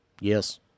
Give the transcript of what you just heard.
Yes